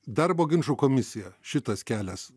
darbo ginčų komisija šitas kelias